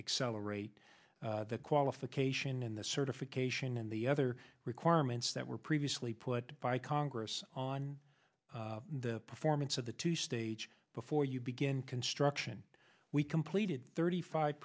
accelerate the qualification in the certification and the other requirements that were previously put by congress on the performance of the two stage before you begin construction we completed thirty five